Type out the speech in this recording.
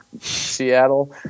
seattle